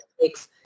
takes